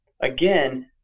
again